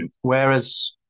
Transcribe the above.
Whereas